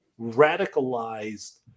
radicalized